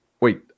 wait